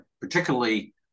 particularly